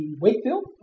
Wakefield